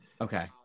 Okay